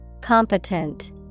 Competent